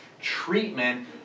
treatment